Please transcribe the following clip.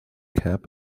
cap